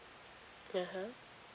(uh huh)